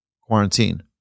quarantine